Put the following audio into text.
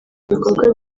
ibikorwa